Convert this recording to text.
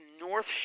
North